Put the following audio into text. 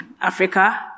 Africa